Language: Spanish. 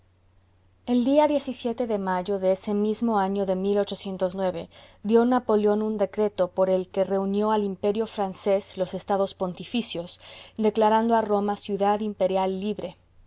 el día de mayo de ese mismo año de dió napoleón un decreto por el que reunió al imperio francés los estados pontificios declarando a roma ciudad imperial libre